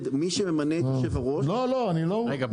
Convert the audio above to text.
מי שממנה את יושב-הראש- -- שמעתי.